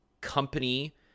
company